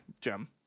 Gem